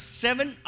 seven